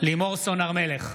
לימור סון הר מלך,